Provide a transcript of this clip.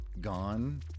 gone